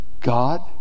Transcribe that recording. God